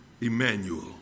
Emmanuel